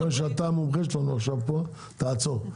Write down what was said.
בגלל שאתה עכשיו המומחה שלנו פה, תעצור.